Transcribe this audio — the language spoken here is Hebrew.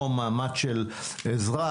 לא מעמד של אזרח,